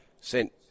sent